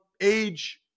age